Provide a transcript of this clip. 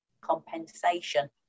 compensation